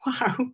wow